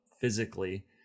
physically